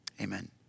amen